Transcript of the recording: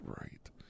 right